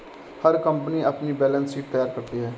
हर company अपनी balance sheet तैयार करती है